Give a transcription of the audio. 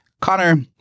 Connor